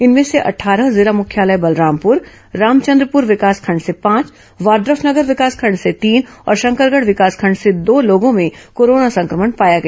इनमें से अट्ठारह जिला मुख्यालय बलरामपुर रामचंद्रपुर विकासखंड से पांच वाड़फनगर विकासखंड से तीन और शंकरगढ विकासखंड से दो लोगों में कोरोना संक्रमण पाया गया